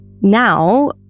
Now